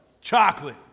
Chocolate